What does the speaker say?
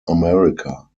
america